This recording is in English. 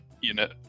unit